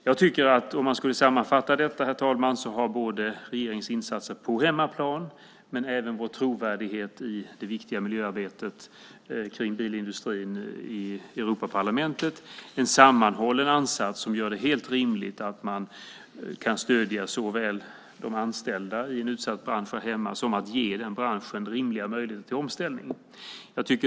Ska man sammanfatta detta, herr talman, har både regeringens insatser på hemmaplan och vår trovärdighet i Europaparlamentet vad gäller det viktiga miljöarbetet i bilindustrin en sammanhållen ansats som gör det helt rimligt att stödja såväl de anställda i en utsatt bransch här hemma som att ge denna bransch rimliga möjligheter till omställning.